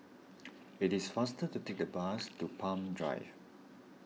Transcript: it is faster to take the bus to Palm Drive